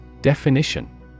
Definition